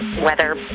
weather